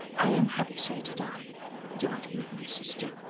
i am happy so to die do not weep, my sister.